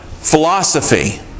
philosophy